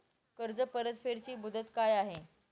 कर्ज परतफेड ची मुदत काय आहे?